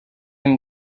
kim